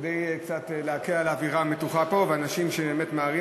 כדי להקל על האווירה המתוחה פה ועל אנשים שבאמת ממהרים,